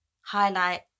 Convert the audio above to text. highlight